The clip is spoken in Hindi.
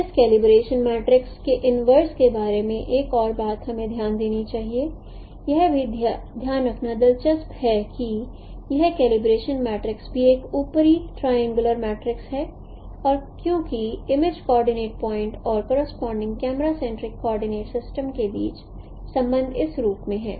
इस कलिब्रेशन मैट्रिक्स के इन्वर्स के बारे में एक और बात हमें ध्यान देनी चाहिए यह भी ध्यान रखना दिलचस्प है कि यह कलिब्रेशन मैट्रिक्स भी एक ऊपरी ट्रायंगुलर मैट्रिक्स है और चूंकि इमेज कोऑर्डिनेट पॉइंट और corresponding camera centric coordinate system के बीच संबंध इस रूप में है